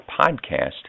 podcast